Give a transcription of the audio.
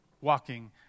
walking